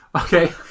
Okay